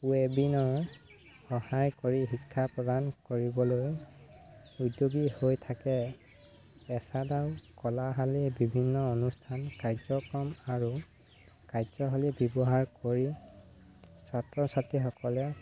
ৱেবিনৰ সহায় কৰি শিক্ষা প্ৰদান কৰিবলৈ উদ্যোগী হৈ থাকে এচাদাও কলাশালী বিভিন্ন অনুষ্ঠান কাৰ্যক্ৰম আৰু কাৰ্যশালী ব্যৱহাৰ কৰি ছাত্ৰ ছাত্ৰীসকলে